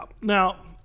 now